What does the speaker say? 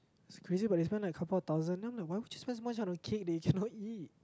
it's crazy but they spend like a couple of thousand then why would you spend so much on a cake you cannot eat